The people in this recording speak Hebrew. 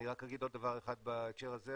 אני רק אגיד עוד דבר אחד בהקשר הזה,